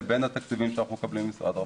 לבין התקציבים שאנחנו מקבלים ממשרד הרווחה.